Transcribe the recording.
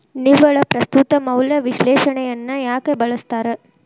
ನಿವ್ವಳ ಪ್ರಸ್ತುತ ಮೌಲ್ಯ ವಿಶ್ಲೇಷಣೆಯನ್ನ ಯಾಕ ಬಳಸ್ತಾರ